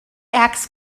acts